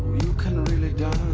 couldn't really dance.